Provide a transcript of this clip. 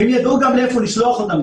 והם ידעו גם לאיפה לשלוח אותם,